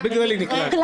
לא בגללי נקלענו.